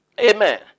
amen